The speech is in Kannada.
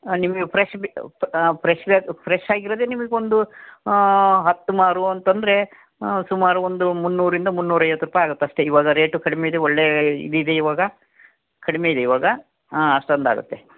ನಿಮಗೆ ಫ್ರೆಶ್ ಬೇ ಫ್ರೆಶ್ ಬೇಕು ಫ್ರೆಶ್ ಆಗಿರೋದೇ ನಿಮಗೊಂದು ಹತ್ತು ಮಾರು ಅಂತಂದರೆ ಸುಮಾರು ಒಂದು ಮುನ್ನೂರರಿಂದ ಮುನ್ನೂರೈವತ್ತು ರೂಪಾಯಿ ಆಗುತ್ತಷ್ಟೆ ಈವಾಗ ರೇಟೂ ಕಡಿಮೆ ಇದೆ ಒಳ್ಳೆಯ ಇದಿದೆ ಈವಾಗ ಕಡಿಮೆ ಇದೆ ಈವಾಗ ಅಷ್ಟೊಂದು ಆಗುತ್ತೆ